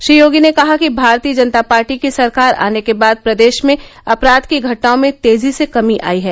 श्री योगी ने कहा कि भारतीय जनता पार्टी की सरकार आने के बाद प्रदेश में अपराध की घटनाओं में तेजी से कमी आयी है